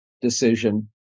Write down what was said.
decision